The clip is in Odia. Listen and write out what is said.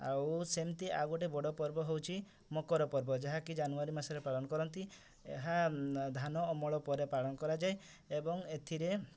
ଆଉ ସେମିତି ଆଉ ଗୋଟେ ବଡ଼ ପର୍ବ ହେଉଛି ମକର ପର୍ବ ଯାହାକି ଜାନୁଆରୀ ମାସରେ ପାଳନ କରନ୍ତି ଏହା ଧାନ ଅମଳ ପରେ ପାଳନ କରାଯାଏ ଏବଂ ଏଥିରେ